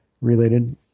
related